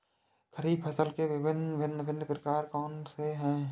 खरीब फसल के भिन भिन प्रकार कौन से हैं?